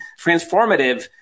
transformative